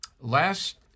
Last